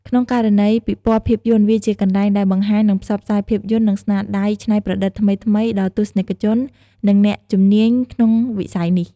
ក្នុងករណីពិព័រណ៍ភាពយន្ត វាជាកន្លែងដែលបង្ហាញ និងផ្សព្វផ្សាយភាពយន្ត និងស្នាដៃច្នៃប្រឌិតថ្មីៗ ដល់ទស្សនិកជន និងអ្នកជំនាញក្នុងវិស័យនេះ។